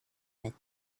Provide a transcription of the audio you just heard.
that